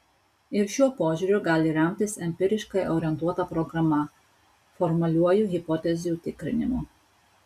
ir šiuo požiūriu gali remtis empiriškai orientuota programa formaliuoju hipotezių tikrinimu